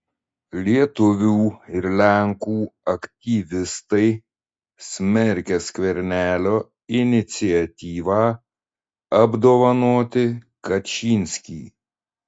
lietuvių ir lenkų aktyvistai smerkia skvernelio iniciatyvą apdovanoti kačynskį